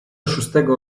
szóstego